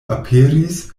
aperis